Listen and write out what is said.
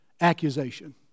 accusation